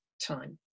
time